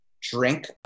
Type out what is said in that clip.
drink